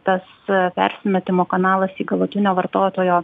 tas persimetimo kanalas į galutinio vartotojo